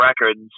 records